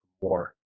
war